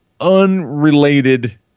unrelated